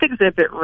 exhibit